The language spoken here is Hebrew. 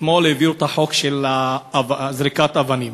אתמול הביאו את החוק של זריקת אבנים,